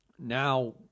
now